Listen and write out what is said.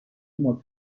متصلاند